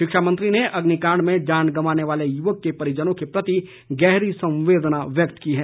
शिक्षा मंत्री ने अग्निकांड में जान गंवाने वाले युवक के परिजनों के प्रति गहरी संवेदना व्यक्त की है